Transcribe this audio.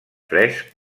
fresc